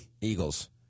Eagles